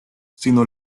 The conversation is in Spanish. sino